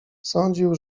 sądził